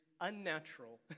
unnatural